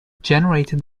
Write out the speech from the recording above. generated